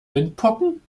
windpocken